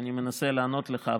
כי אני מנסה לענות לך,